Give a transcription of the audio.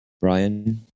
Brian